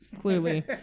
clearly